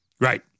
Right